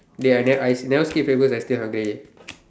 dey I ne~ I never skip breakfast I still hungry